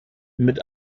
mit